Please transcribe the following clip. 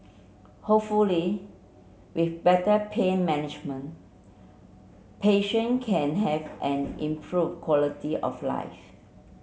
hopefully with better pain management patient can have an improved quality of life